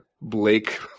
Blake